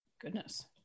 goodness